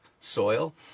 soil